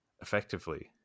effectively